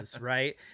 right